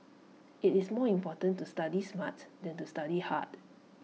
IT is more important to study smart than to study hard